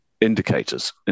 indicators